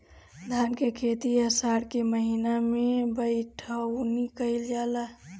धान के खेती आषाढ़ के महीना में बइठुअनी कइल जाला?